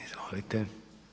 Izvolite.